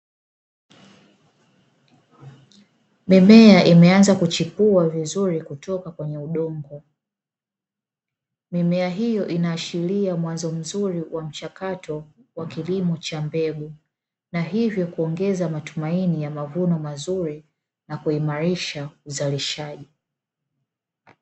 Mimea imeanza kuchipua vizuri kutoka kwenye udongo. Mimea hiyo inaashiria mwanzo mzuri wa mchakato wa kilimo cha mbegu na hivyo kuongeza matumaini ya mavuno mazuri na kuimarisha uzalishaji.